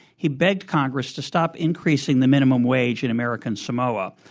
he begged congress to stop increasing the minimum wage in american samoa,